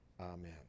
amen